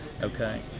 Okay